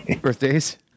Birthdays